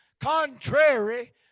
contrary